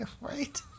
Right